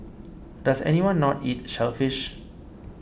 does anyone not eat shellfish